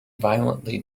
violently